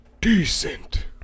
Decent